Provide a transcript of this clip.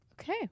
Okay